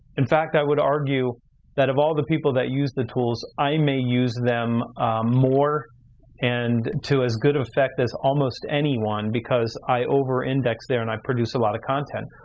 in fact i would argue that of all the people that used the tools, i may use them more and to as good of effect as almost anyone because i over-index there, and i produce a lot of content,